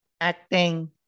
acting